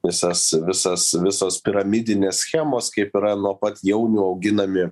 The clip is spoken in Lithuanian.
visas visas visos piramidinės schemos kaip yra nuo pat jaunių auginami